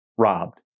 Robbed